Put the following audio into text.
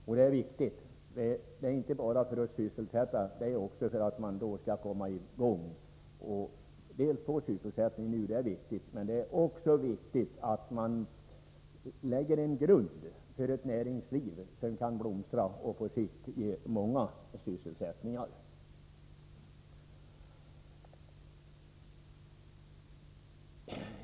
Men det viktiga är inte bara att man kommer i gång och nu skapar sysselsättning, utan också att man lägger grunden för ett näringsliv som kan blomstra och på sikt ge många sysselsättningstillfällen.